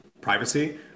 privacy